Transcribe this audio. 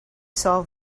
solve